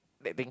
that thing